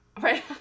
Right